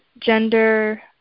gender